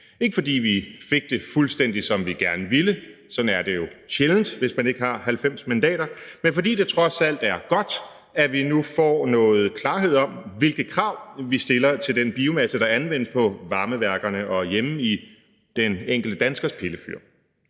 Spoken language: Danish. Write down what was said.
ikke fordi vi fik det fuldstændig, som vi gerne ville – sådan er det jo sjældent, hvis man ikke har 90 mandater – men fordi det trods alt er godt, at vi nu får noget klarhed om, hvilke krav vi stiller til den biomasse, der anvendes på varmeværkerne og hjemme i den enkelte danskers pillefyr.